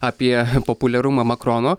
apie populiarumą makrono